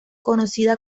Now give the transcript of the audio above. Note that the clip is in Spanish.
conocida